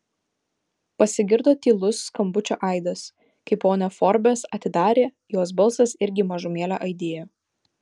pasigirdo tylus skambučio aidas kai ponia forbes atidarė jos balsas irgi mažumėlę aidėjo